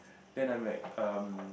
then I'm like um